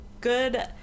good